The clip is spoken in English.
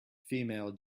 female